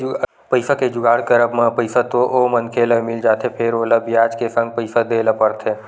पइसा के जुगाड़ करब म पइसा तो ओ मनखे ल मिल जाथे फेर ओला बियाज के संग पइसा देय ल परथे